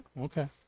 Okay